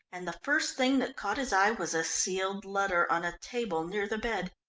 and the first thing that caught his eye was a sealed letter on a table near the bed.